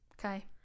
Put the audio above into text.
Okay